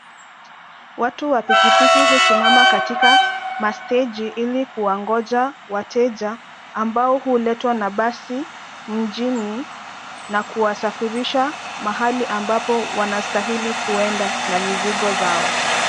Watu wa pikipiki husimama katika masteji ili kuwangoja wateja ambao huletwa na basi mjini na kuwasafirisha mahali ambapo wanastahili kuenda na mizigo zao.